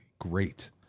Great